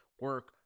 Work